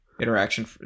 interaction